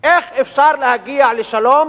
איך אפשר להגיע לשלום